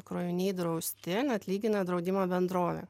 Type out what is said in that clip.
kroviniai drausti atlygina draudimo bendrovė